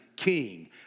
king